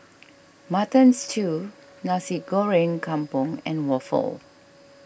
Mutton Stew Nasi Goreng Kampung and Waffle